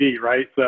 right